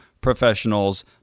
professionals